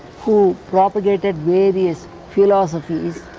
who propagated various philosophies.